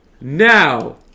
Now